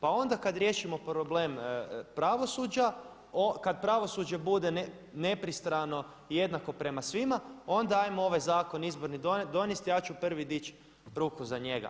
Pa onda kada riješimo problem pravosuđa, kada pravosuđe bude nepristrano i jednako prema svima onda 'ajmo ovaj Zakon izborni donijeti, ja ću prvi dići ruku za njega.